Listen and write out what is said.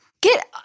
Get